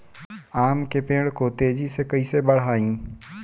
आम के पेड़ को तेजी से कईसे बढ़ाई?